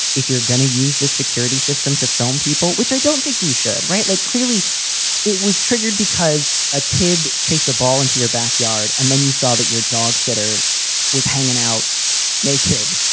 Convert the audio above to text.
if you're going to use this security system to film people, which i don't think you should write, like, clearly it was triggered because a kid chased a ball into your backyard and then you saw that your dogs that are was hanging out naked.